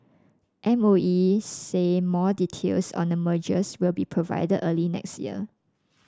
M O E say more details on the mergers will be provide early next year